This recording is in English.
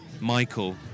michael